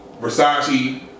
Versace